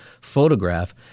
photograph